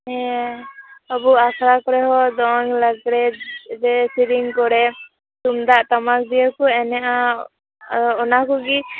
ᱦᱮᱸ ᱟᱵᱚᱣᱟᱜ ᱟᱠᱷᱲᱟ ᱠᱚᱨᱮ ᱦᱚᱸ ᱫᱚᱝ ᱞᱟᱜᱽᱲᱮ ᱮᱱᱮᱡ ᱥᱮᱨᱮᱧ ᱠᱚᱨᱮ ᱛᱩᱢᱫᱟᱜ ᱴᱟᱢᱟᱠ ᱫᱤᱭᱟᱹ ᱠᱚ ᱮᱱᱮᱡᱼᱟ ᱚᱱᱟ ᱠᱚᱜᱮ